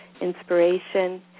inspiration